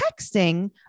texting